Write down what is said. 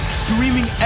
streaming